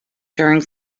during